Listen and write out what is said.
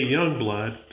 Youngblood